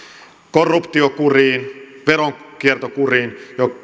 korruptio kuriin veronkierto kuriin